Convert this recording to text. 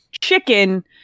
chicken